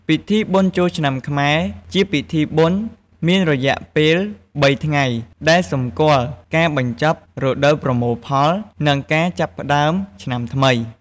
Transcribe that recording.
ពីធីបុណ្យចូលឆ្នាំខ្មែរជាពិធីបុណ្យមានរយៈពេលបីថ្ងៃ ដែលសម្គាល់ការបញ្ចប់រដូវប្រមូលផល និងការចាប់ផ្តើមឆ្នាំថ្មី។